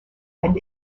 and